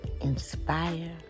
inspire